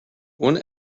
one